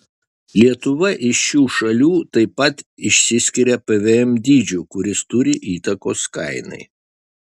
lietuva iš šių šalių taip pat išsiskiria pvm dydžiu kuris turi įtakos kainai